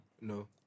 no